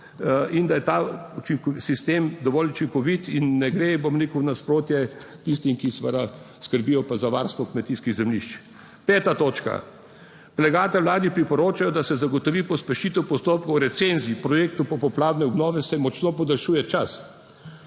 in da je ta sistem dovolj učinkovit in ne gre, bom rekel, v nasprotje tistim, ki seveda skrbijo za varstvo kmetijskih zemljišč. 5. točka. Predlagatelj Vladi priporoča, da se zagotovi pospešitev postopkov recenzij. Projektu popoplavne obnove se močno podaljšuje čas